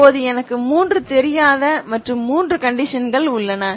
இப்போது எனக்கு மூன்று தெரியாத மற்றும் மூன்று கண்டிஷன்கள் உள்ளன